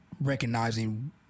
recognizing